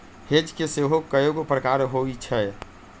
hedge के सेहो कएगो प्रकार होइ छै